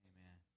Amen